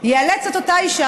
יאלץ את אותה אישה,